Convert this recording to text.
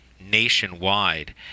nationwide